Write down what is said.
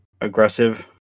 aggressive